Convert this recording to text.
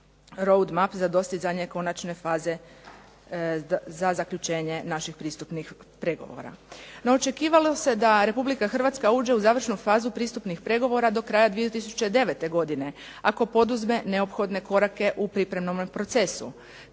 roud map za dostizanje konačne faze za zaključenje naših pristupnih pregovora. No očekivalo se da Republika Hrvatska uđe u završnu fazu pristupnih pregovora do kraja 2009. godine ako poduzme neophodne korake u pripremnome procesu,